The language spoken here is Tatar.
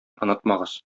онытмагыз